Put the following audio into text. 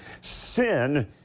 Sin